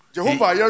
Jehovah